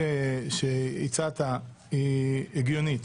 המלצת יושב-ראש הכנסת